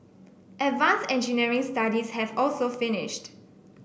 advance engineering studies have also finished